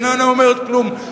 איננה אומרת כלום,